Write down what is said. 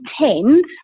tend